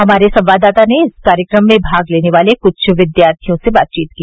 हमारे संवाददाता ने इस कार्यक्रम में भाग लेने वाले कुछ विद्यार्थियों से बातचीत की